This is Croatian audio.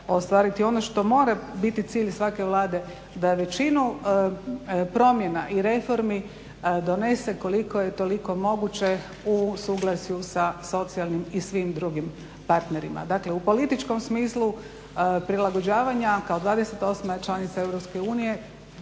ono što mora biti cilj svake Vlade da većinu promjena i reformi donese koliko je toliko moguće u suglasju sa socijalnim i svim drugim partnerima. Dakle u političkom smislu prilagođavanja kao 28. članica EU